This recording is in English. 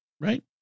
Right